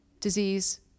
disease